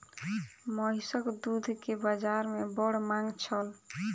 महीसक दूध के बाजार में बड़ मांग छल